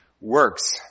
works